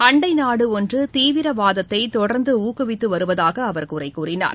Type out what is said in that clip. அண்டை நாடு ஒன்று தீவிரவாதத்தை தொடர்ந்து ஊக்குவித்து வருவதாக அவர் குறை கூறினார்